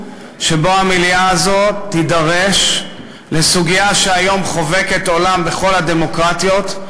שבו המליאה הזאת תידרש לסוגיה שהיום חובקת עולם בכל הדמוקרטיות,